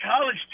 college